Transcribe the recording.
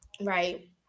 right